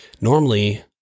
normally